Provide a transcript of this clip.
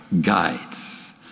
guides